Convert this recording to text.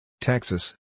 Texas